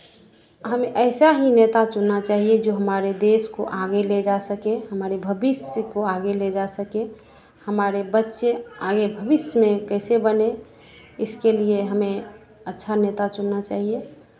हम ऐसा ही नेता चुनना चाहिए जो हमारे देश को आगे ले जा सके हमारे भविष्य को आगे ले जा सके हमारे बच्चे आगे भविष्य में कैसे बने इसके लिए हमे अच्छा नेता चुनना चाहिए